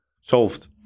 Solved